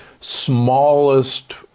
smallest